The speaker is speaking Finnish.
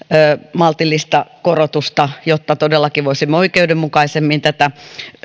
maltillista korotusta jotta todellakin voisimme oikeudenmukaisemmin tätä